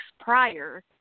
prior